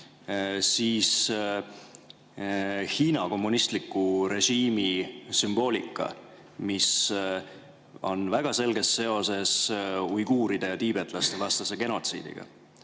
kas Hiina kommunistliku režiimi sümboolika, mis on väga selges seoses uiguuride ja tiibetlaste vastase genotsiidiga,